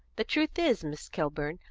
the truth is, miss kilburn,